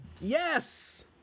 Yes